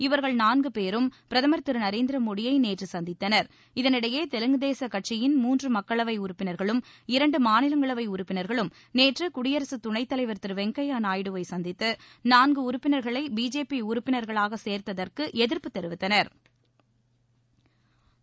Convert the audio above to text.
இவர்கள் நான்கு பேரும் பிரதமர் திரு நரேந்திர மோடியை நேற்று சந்தித்தனர் இதனிடையே தெலுங்கு தேச கட்சியிள் மூன்று மக்களவை உறுப்பினா்களும் இரண்டு மாநிலங்களவை உறுப்பினா்களும் நேற்று குடியரசுத் துணைத் தலைவா் திரு வெங்கையா நாயுடுவை சந்தித்து நான்கு உறுப்பினா்களை பிஜேபி உறுப்பினா்களாக சேர்த்ததற்கு எதிர்ப்பு தெரிவித்தனா்